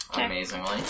Amazingly